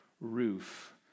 roof